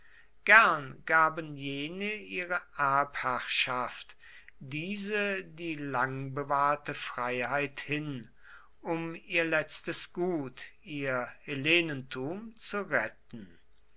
gern gaben jene ihre erbherrschaft diese die lang bewahrte freiheit hin um ihr letztes gut ihr hellenentum zu retten